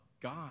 God